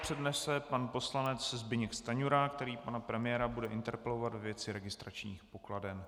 Třetí interpelaci přednese pan poslanec Zbyněk Stanjura, který pana premiéra bude interpelovat ve věci registračních pokladen.